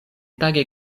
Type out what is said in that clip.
tage